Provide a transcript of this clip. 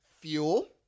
Fuel